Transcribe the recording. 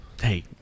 Hey